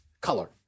color